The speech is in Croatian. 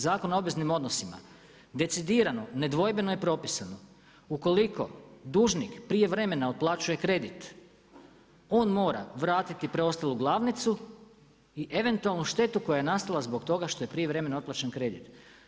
Zakon o obveznim odnosima, decidirano, nedvojbeno je propisano, ukoliko dužnik prijevremena otplaćuje kredit, on mora vratiti preostalu glavnicu i eventualnu štetu koja je nastala zbog toga što je prijevremeno otplaćen kredit.